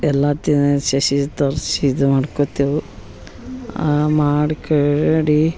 ಎಲ್ಲ ತೀ ಸಸಿ ತರ್ಸ್ ಇದು ಮಾಡ್ಕೊತ್ತೇವೆ ಮಾಡ್ಕೋಡಿ